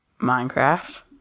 minecraft